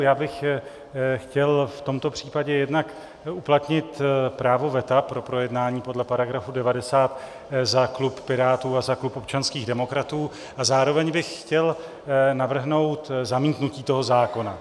Já bych chtěl v tomto případě jednak uplatnit právo veta pro projednání podle § 90 za klub Pirátů a za klub občanských demokratů a zároveň bych chtěl navrhnout zamítnutí toho zákona.